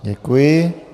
Děkuji.